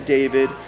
David